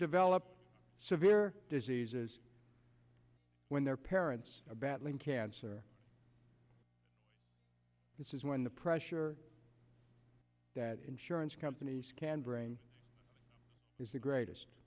develop severe diseases when their parents are battling cancer this is when the pressure that insurance companies can bring is the greatest